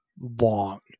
long